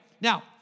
now